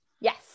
Yes